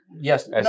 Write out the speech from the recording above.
Yes